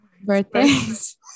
birthdays